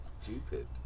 Stupid